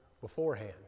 beforehand